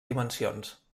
dimensions